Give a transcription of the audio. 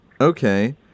Okay